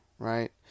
Right